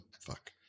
fuck